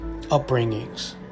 upbringings